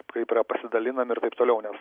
kaip yra pasidalinami ir taip toliau nes